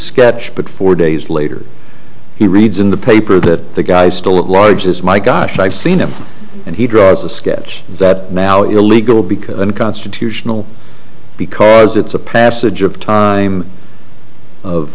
sketch but four days later he reads in the paper that the guy still at large is my gosh i've seen him and he draws a sketch that now illegal because unconstitutional because it's a passage of time of